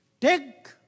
Take